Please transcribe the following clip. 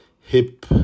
hip